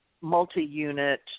multi-unit